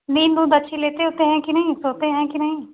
नीन्द उन्द अच्छी लेते वेते हैं कि नहीं सोते हैं कि नहीं